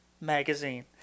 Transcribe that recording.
magazine